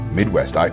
Midwest